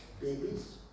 babies